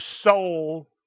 soul